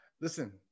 Listen